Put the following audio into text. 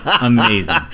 Amazing